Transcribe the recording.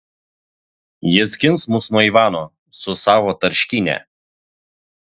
jis gins mus nuo ivano su savo tarškyne